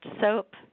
Soap